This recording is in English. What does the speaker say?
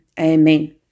Amen